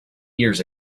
years